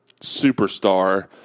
superstar